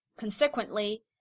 Consequently